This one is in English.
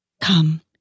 Come